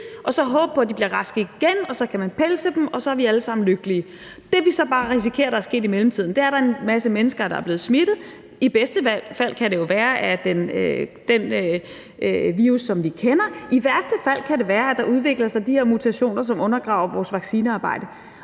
og så håbe på, at de bliver raske igen, og så kan man pelse dem, og så er vi alle sammen lykkelige. Det, vi så bare risikerer der er sket i mellemtiden, er, at der er en masse mennesker, der er blevet smittet – i bedste fald af den virus, som vi kender; i værste fald kan det være, at der udvikler sig de her mutationer, som undergraver vores vaccinearbejde.